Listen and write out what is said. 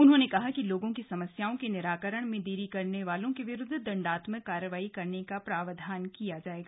उन्होंने कहा कि लोगों की समस्याओं के निराकरण में देरी करने वालों के विरुद्ध दण्डात्मक कार्रवाई करने का प्रावधान किया जायेगा